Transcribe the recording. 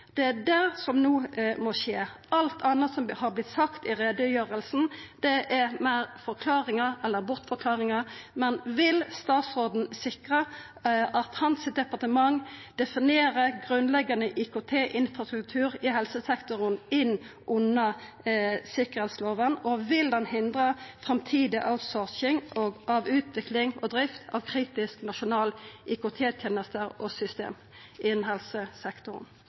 Det er det som no må skje. Alt anna som har vorte sagt i utgreiinga, er meir forklaringar eller bortforklaringar. Men vil statsråden sikra at departementet hans definerer grunnleggjande IKT-infrastruktur i helsesektoren inn under sikkerheitsloven, og vil han hindra framtidig outsourcing av utvikling og drift av kritiske nasjonale IKT-tenester og system innanfor helsesektoren?